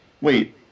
Wait